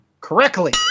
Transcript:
correctly